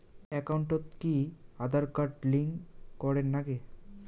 একাউন্টত কি Aadhaar card link করের নাগে?